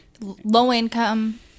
Low-income